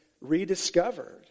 rediscovered